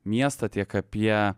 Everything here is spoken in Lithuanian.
miestą tiek apie